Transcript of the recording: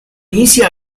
inicia